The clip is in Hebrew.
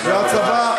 תודה.